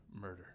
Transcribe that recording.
murder